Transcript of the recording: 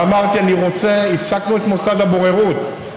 הפסקנו את מוסד הבוררות,